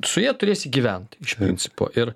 su ja turėsi gyvent iš principo ir